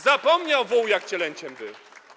Zapomniał wół, jak cielęciem był.